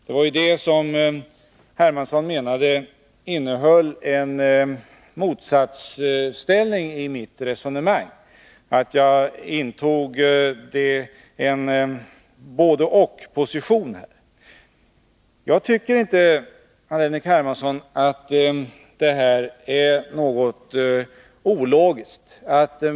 Det var ju det som herr Hermansson menade innebar en motsatsställning i mitt resonemang, att jag intog en både-och-position. Jag tycker inte, C.-H. Hermansson, att det här är något ologiskt.